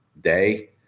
day